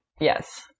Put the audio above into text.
Yes